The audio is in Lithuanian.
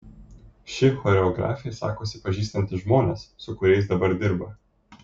ši choreografė sakosi pažįstanti žmones su kuriais dabar dirba